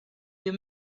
you